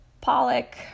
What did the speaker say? pollock